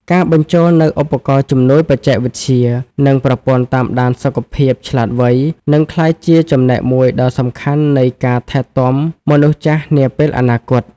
ការបញ្ចូលនូវឧបករណ៍ជំនួយបច្ចេកវិទ្យា និងប្រព័ន្ធតាមដានសុខភាពឆ្លាតវៃ នឹងក្លាយជាចំណែកមួយដ៏សំខាន់នៃការថែទាំមនុស្សចាស់នាពេលអនាគត។